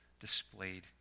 displayed